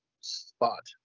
spot